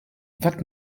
vingt